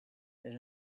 that